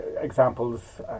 examples